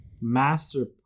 master